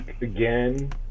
again